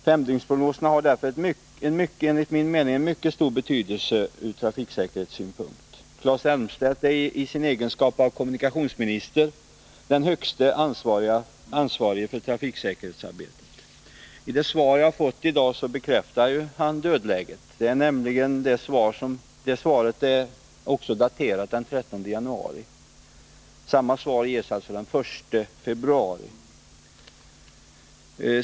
Femdygnsprognoserna har därför enligt min mening en mycket stor betydelse från trafiksäkerhetssynpunkt. Claes Elmstedt är i sin egenskap av kommunikationsminister den högste ansvarige för trafiksäkerhetsarbetet. I det svar jag fått i dag bekräftar han dödläget. Det svaret är daterat den 13 januari, och samma svar ges alltså också i dag, den 1 februari.